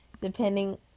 Depending